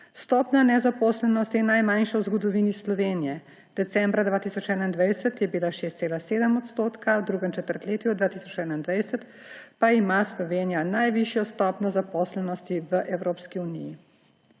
Stopnja nezaposlenosti je najmanjša v zgodovini Slovenije, decembra 2021 je bila 6,7 %, v drugem četrtletju 2021 pa ima Slovenija najvišjo stopnjo zaposlenosti v Evropski uniji.